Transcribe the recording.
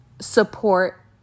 support